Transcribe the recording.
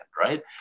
right